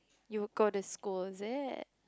you will go to school is it